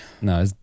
No